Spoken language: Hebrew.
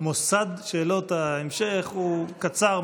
מוסד שאלות ההמשך הוא קצר,